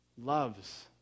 loves